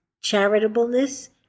charitableness